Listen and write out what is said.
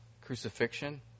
crucifixion